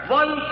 one